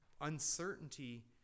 uncertainty